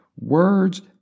Words